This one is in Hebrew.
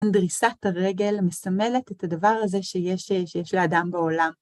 דריסת הרגל מסמלת את הדבר הזה שיש לאדם בעולם.